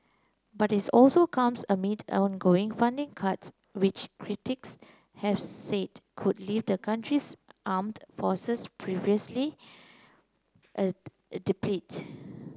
but it also comes amid ongoing funding cuts which critics have said could leave the country's armed forces perilously depleted